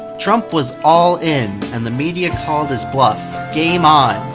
trump was all in, and the media called his bluff. game on!